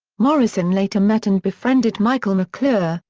morrison later met and befriended michael mcclure,